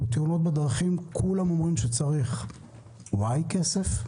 על תאונות בדרכים כולם אומרים שצריך Y כסף,